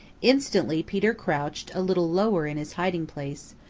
instantly peter crouched a little lower in his hiding-place,